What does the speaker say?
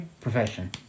profession